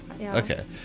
Okay